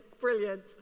brilliant